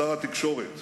שר התקשורת,